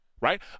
right